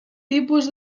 tipus